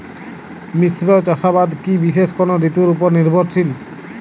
মিশ্র চাষাবাদ কি বিশেষ কোনো ঋতুর ওপর নির্ভরশীল?